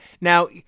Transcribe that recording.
Now-